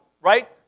right